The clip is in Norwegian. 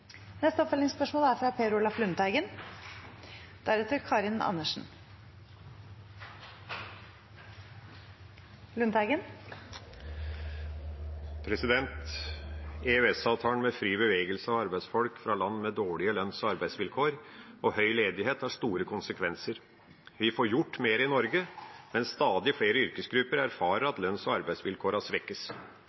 Per Olaf Lundteigen – til oppfølgingsspørsmål. EØS-avtalen, med fri bevegelse av arbeidsfolk fra land med dårlige lønns- og arbeidsvilkår og høy ledighet, har store konsekvenser. Vi får gjort mer i Norge, men stadig flere yrkesgrupper erfarer at lønns- og arbeidsvilkårene svekkes.